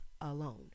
alone